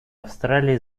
австралии